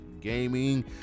Gaming